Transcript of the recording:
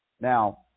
Now